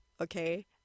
okay